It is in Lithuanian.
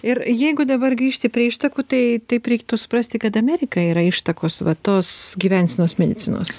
ir jeigu dabar grįžti prie ištakų tai taip reiktų suprasti kad amerika yra ištakos va tos gyvensenos medicinos